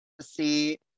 see